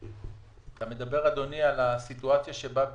אתה מדבר על הסיטואציה שבה,